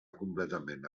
completament